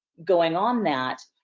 going on that,